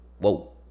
Whoa